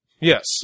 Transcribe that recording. Yes